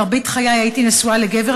מרבית חיי הייתי נשואה לגבר,